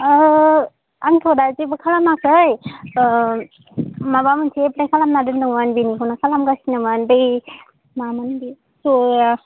औ आंथ' दा जेबो खालामाखै ओ माबा मोनसे एप्लाइ खालामना दोन्दोंमोन बेनिखौनो खालामगासिनोमोन मामोन बे ओ